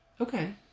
Okay